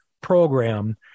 program